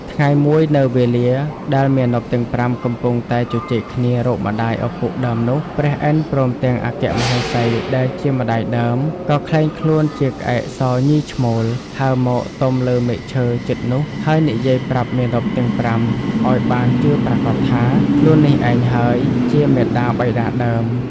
ថ្ងៃមួយ នៅវេលាដែលមាណពទាំង ៥ កំពុងតែជជែកគ្នារកម្ដាយឪពុកដើមនោះ ព្រះឥន្ទព្រមទាំងអគ្គ មហេសីដែលជាម្ដាយដើម ក៏ក្លែងខ្លួនជាក្អែកសញីឈ្មោល ហើរមកទំលើមែកឈើជិតនោះ ហើយនិយាយប្រាប់មាណពទាំង ៥ ឲ្យបានជឿប្រាកដថា "ខ្លួននេះឯងហើយ ជាមាតាបិតាដើម” ។